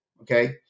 okay